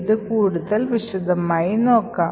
ഇത് കൂടുതൽ വിശദമായി നോക്കാം